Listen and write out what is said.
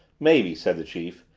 maybe, said the chief.